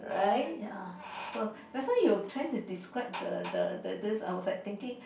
ya so that's why you trying to describe the the this I was like thinking